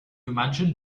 imagine